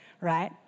right